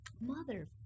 Mother